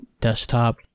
desktop